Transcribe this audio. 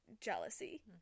jealousy